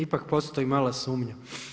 Ipak postoji mala sumnja.